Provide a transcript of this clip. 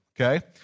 okay